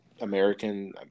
American